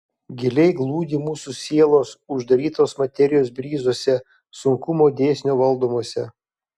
giliai glūdi mūsų sielos uždarytos materijos bryzuose sunkumo dėsnio valdomuose